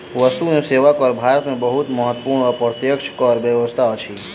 वस्तु एवं सेवा कर भारत में बहुत महत्वपूर्ण अप्रत्यक्ष कर व्यवस्था अछि